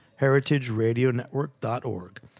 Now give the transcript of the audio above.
heritageradionetwork.org